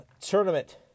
tournament